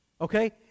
Okay